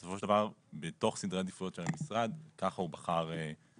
בסופו של דבר בתוך סדרי העדיפויות של המשרד ככה הוא בחר לפעול.